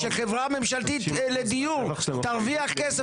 שחברה ממשלתית לדיור תרוויח כסף.